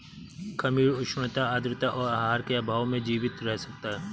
खमीर उष्णता आद्रता और आहार के अभाव में जीवित रह सकता है